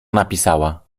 napisała